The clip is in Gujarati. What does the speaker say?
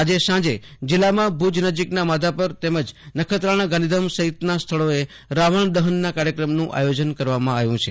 આજે સાંજે જિલ્લામાં ભૂજ નજીકના માધાપર નખત્રાણા ગાંધીધામ સહિતના સ્થળોએ રાવણ દહનના કાર્યક્રમનું આયોજન કરવામાં આવ્યું છે